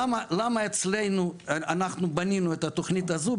למה אצלנו אנחנו בנינו את התוכנית הזו?